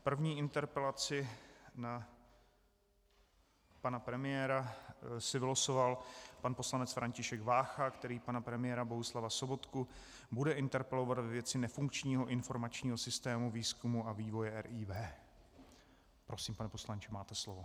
První interpelaci na pana premiéra si vylosoval pan poslanec František Vácha, který pana premiéra Bohuslava Sobotku bude interpelovat ve věci nefunkčního informačního systému výzkumu a vývoje RIV. Prosím, pane poslanče, máte slovo.